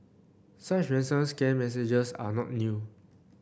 such ransom scam messages are not new